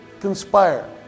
conspire